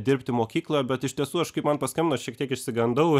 dirbti mokykloje bet iš tiesų aš kaip man paskambino šiek tiek išsigandau